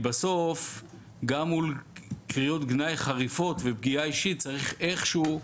בסוף גם מול קריאות גנאי חריפות ופגיעה אישית צריך איכשהו להכיל.